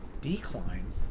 Decline